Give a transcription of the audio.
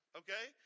okay